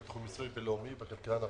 מנהל תחום מיסוי בינלאומי בכלכלן הראשי.